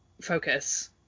focus